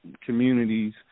communities